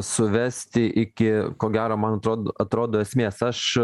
suvesti iki ko gero man atrodo atrodo esmės aš